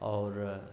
आओर